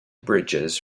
bridges